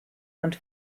und